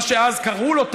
מה שאז קראו לו,